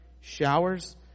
showers